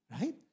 Right